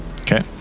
Okay